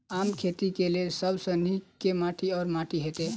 आमक खेती केँ लेल सब सऽ नीक केँ माटि वा माटि हेतै?